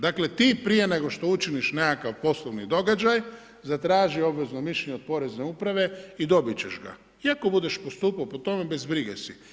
Dakle ti prije nego što učiniš nekakav poslovni događaj zatraži obvezno mišljenje od porezne uprave i dobit ćeš ga i ako budeš postupao po tome bez brige si.